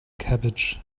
cabbage